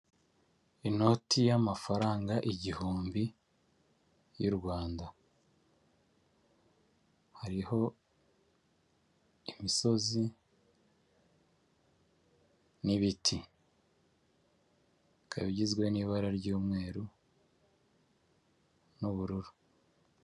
Inoti y'amafaranga igihumbi y'u Rwanda hariho imisozi n'ibiti ikaba igizwe n'ibara ry'umweru n'ubururu.